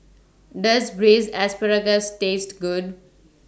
Does Braised Asparagus Taste Good